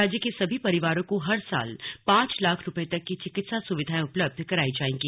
राज्य के सभी परिवारों को हर साल पांच लाख रूपये तक की चिकित्सा सुविधाएं उपलब्ध करायी जायेंगी